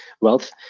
wealth